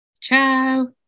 ciao